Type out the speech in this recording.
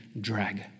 drag